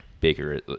Baker